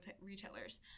retailers